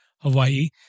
Hawaii